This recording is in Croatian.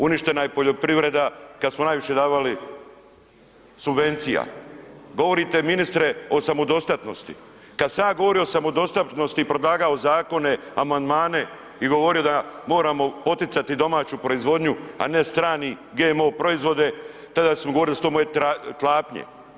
Uništena je poljoprivreda, kad smo najviše davali subvencija, govorite ministre o samodostatnosti, kad sam ja govorio o samodostatnosti i predlagao zakone, amandmane i govorio da moramo poticati domaću proizvodnju, a ne strani GMO proizvode, tada su mi govorili da su to moje klapnje.